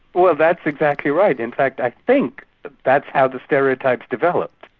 well that's exactly right. in fact i think that's how the stereotypes developed,